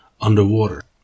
underwater